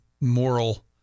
moral